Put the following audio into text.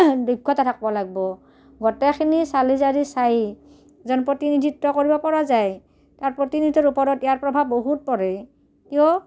দক্ষতা থাকব' লাগব' গোটেইখিনি চালি জাৰি চাই প্ৰতিনিধিত্ব কৰিব পৰা যায় তাৰ প্ৰতিনিধিত্বৰ ওপৰত ইয়াৰ প্ৰভাৱ বহুত পৰে কিয়